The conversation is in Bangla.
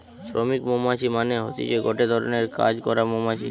শ্রমিক মৌমাছি মানে হতিছে গটে ধরণের কাজ করা মৌমাছি